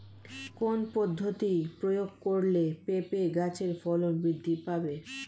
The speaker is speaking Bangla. কোন পদ্ধতি প্রয়োগ করলে পেঁপে গাছের ফলন বৃদ্ধি পাবে?